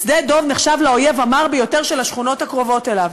שדה-דב נחשב לאויב המר ביותר של השכונות הקרובות אליו.